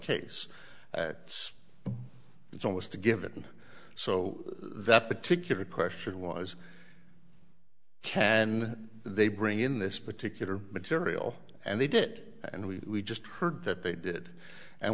case that's it's almost a given so that particular question was can they bring in this particular material and they did and we just heard that they did and